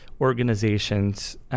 organizations